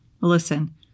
Listen